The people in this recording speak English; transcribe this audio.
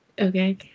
Okay